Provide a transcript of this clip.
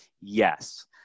Yes